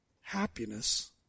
happiness